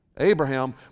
Abraham